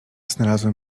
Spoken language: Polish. znalazłem